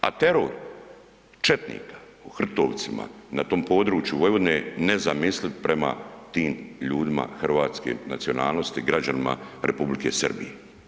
A teror četnika u Hrtovcima na tom području Vojvodine nezamisliv prema tim ljudima hrvatske nacionalnosti građanima Republike Srbije.